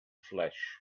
flesh